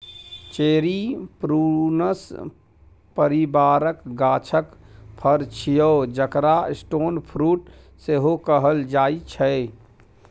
cherry prunus परिबारक गाछक फर छियै जकरा स्टोन फ्रुट सेहो कहल जाइ छै